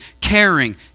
caring